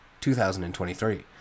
2023